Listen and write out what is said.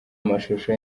amashusho